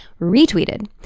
retweeted